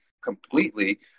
completely